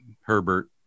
Herbert